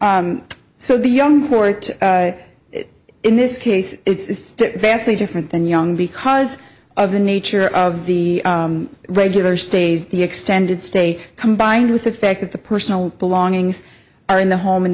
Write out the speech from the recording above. so the young court in this case it's vastly different than young because of the nature of the regular stays the extended stay combined with the fact that the personal belongings are in the home and